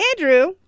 Andrew